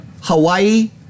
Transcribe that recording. Hawaii